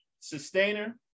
sustainer